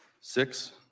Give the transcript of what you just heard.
Six